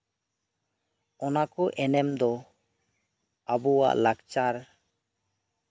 ᱚᱱᱟᱠᱚ ᱮᱱᱮᱢ ᱫᱚ ᱟᱵᱚᱣᱟᱜ ᱞᱟᱠᱪᱟᱨ